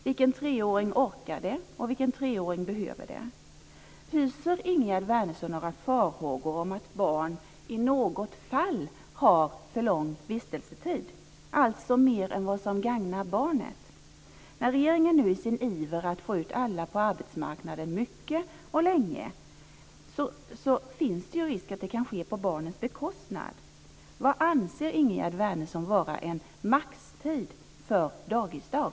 Vilken treåring orkar det, och vilken treåring behöver det? Hyser Ingegerd Wärnersson några farhågor om att barn i något fall har för lång vistelsetid, dvs. mer än vad som gagnar barnet? När regeringen nu ivrar att få ut alla på arbetsmarknaden mycket och länge finns det risk att det kan ske på barnens bekostnad. Vad anser Ingegerd Wärnersson vara en maxtid för dagisdag?